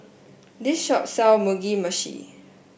this shop sells Mugi Meshi